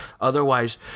Otherwise